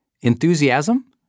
Enthusiasm